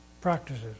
practices